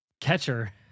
Catcher